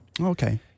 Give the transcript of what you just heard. Okay